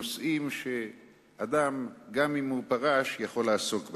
בנושאים שאדם, גם אם הוא פרש, יכול לעסוק בהם.